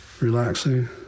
relaxing